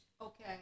Okay